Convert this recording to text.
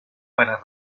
para